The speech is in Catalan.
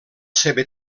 seva